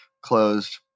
closed